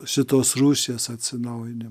šitos rusijos atsinaujini